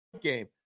game